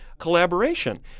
collaboration